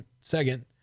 second